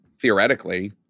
theoretically